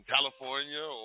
California